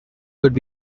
could